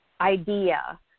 idea